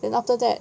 then after that